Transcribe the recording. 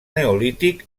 neolític